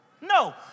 No